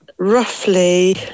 Roughly